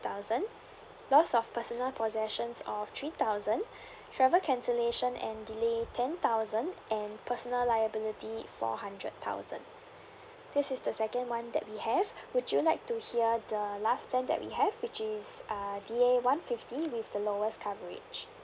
thousand lost of personal possessions of three thousand travel cancellation and delay ten thousand and personal liability four hundred thousand this is the second one that we have would you like to hear the last plan that we have which is uh D A one fifty with the lowest coverage